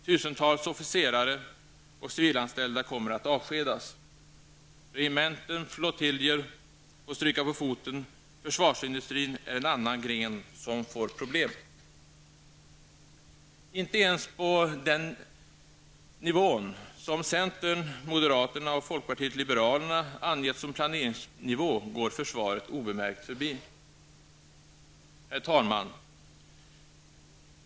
Tusentals officerare och civilanställda kommer att avskedas, regementen och flottiljer får stryka på foten. Försvarsindustrin är en annan gren som får problem. Inte ens på den nivå som centern, moderaterna och folkpartiet liberalerna angett som planeringsnivå går försvaret obemärkt förbi. Herr talman!